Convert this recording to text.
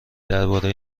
درباره